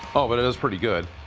oh, but it is pretty good.